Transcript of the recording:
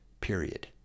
period